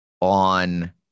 on